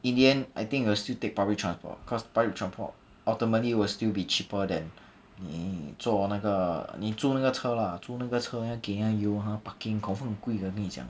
in the end I think you will still take public transport cause public transport ultimately will still be cheaper then 你坐那个你租那个车啦租那个车还要给那个油和 parking confirm 很贵的我跟你讲